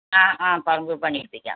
ആ അ പറമ്പു പണി എടുപ്പിയ്ക്കാൻ